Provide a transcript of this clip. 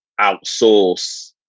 outsource